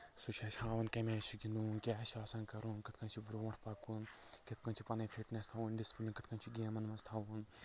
سُہ چھُ اَسہِ ہاوان کَمہِ آیہِ چھُ گنٛدُن کیاہ چھُ آسان کَرُن کِتھ کٔنۍ چھُ برۄنٛٹھ پَکُن کِتھ کٔنۍ چھِ پَنٕںۍ فِٹنیٚس تھاؤنۍ ڈسپٕلِن کِتھ کٔنۍ چھُ گیمَن منٛز تھاوُن